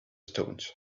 stones